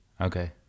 Okay